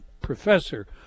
Professor